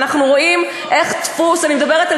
נא לסיים.